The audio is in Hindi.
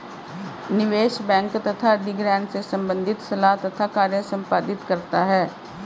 निवेश बैंक तथा अधिग्रहण से संबंधित सलाह तथा कार्य संपादित करता है